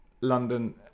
London